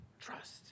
trust